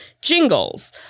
Jingles